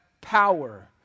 power